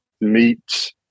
meats